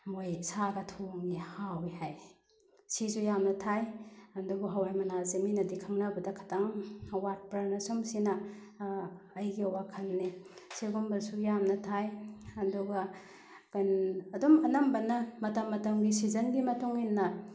ꯃꯣꯏ ꯁꯥꯒ ꯊꯣꯡꯉꯤ ꯍꯥꯎꯏ ꯍꯥꯏ ꯁꯤꯁꯨ ꯌꯥꯝꯅ ꯊꯥꯏ ꯑꯗꯨꯕꯨ ꯍꯋꯥꯏ ꯃꯅꯥꯁꯦ ꯃꯤꯅ ꯈꯪꯅꯕꯗ ꯈꯤꯇꯪ ꯋꯥꯠꯄ꯭ꯔꯥꯅ ꯁꯨꯝ ꯁꯤꯅ ꯑꯩꯒꯤ ꯋꯥꯈꯟꯅꯦ ꯁꯤꯒꯨꯝꯕꯁꯨ ꯌꯥꯝꯅ ꯊꯥꯏ ꯑꯗꯨꯒ ꯑꯗꯨꯝ ꯑꯅꯝꯕꯅ ꯃꯇꯝ ꯃꯇꯝꯒꯤ ꯁꯤꯖꯟꯒꯤ ꯃꯇꯨꯡ ꯏꯟꯅ